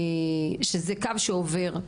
שזה קו שעובר.